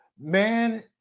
man